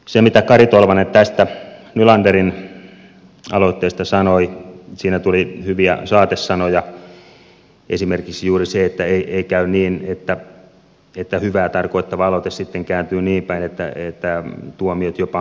siinä mitä kari tolvanen tästä nylanderin aloitteesta sanoi tuli hyviä saatesanoja esimerkiksi juuri se että ei käy niin että hyvää tarkoittava aloite sitten kääntyy niin päin että tuomiot jopa kevenevät